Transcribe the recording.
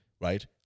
right